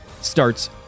starts